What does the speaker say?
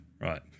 Right